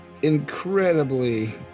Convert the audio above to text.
incredibly